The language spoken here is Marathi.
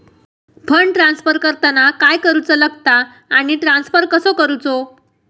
फंड ट्रान्स्फर करताना काय करुचा लगता आनी ट्रान्स्फर कसो करूचो?